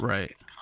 Right